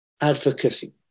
advocacy